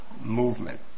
movement